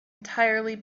entirely